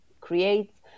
creates